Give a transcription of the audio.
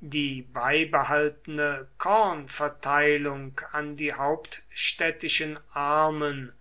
die beibehaltene kornverteilung an die hauptstädtischen armen